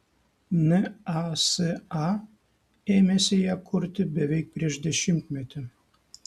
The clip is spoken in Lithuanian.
nasa ėmėsi ją kurti beveik prieš dešimtmetį